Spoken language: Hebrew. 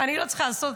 אני לא צריכה לעשות,